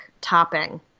topping